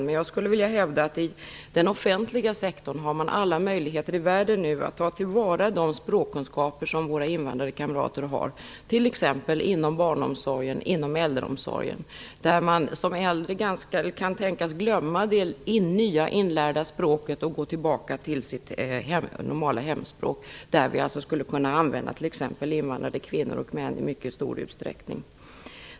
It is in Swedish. Men jag skulle vilja hävda att man inom den offentliga sektorn nu har alla möjligheter i världen att ta till vara de språkkunskaper som våra invandrade kamrater har, t.ex. inom barnomsorgen och äldreomsorgen. Som äldre kan man tänkas glömma det nya inlärda språket och gå tillbaka till sitt normala hemspråk. Där skulle vi kunna använda våra invandrade kvinnor och män i mycket stor utsträckning.